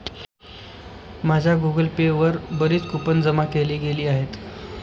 माझ्या Google Pay वर बरीच कूपन जमा केली गेली आहेत